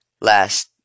last